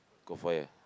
good for you